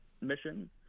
mission